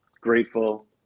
grateful